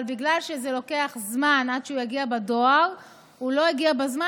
אבל בגלל שזה לוקח זמן עד שהוא מגיע בדואר הוא לא הגיע בזמן,